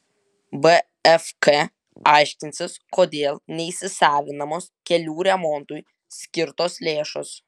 bfk aiškinsis kodėl neįsisavinamos kelių remontui skirtos lėšos